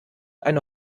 eine